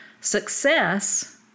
success